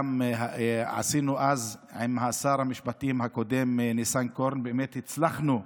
עם שר המשפטים הקודם ניסנקורן, והצלחנו,